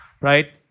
right